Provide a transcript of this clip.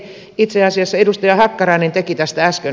itse asiassa edustaja hakkarainen teki tästä äsken